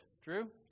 Drew